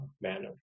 manner